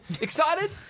Excited